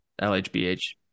LHBH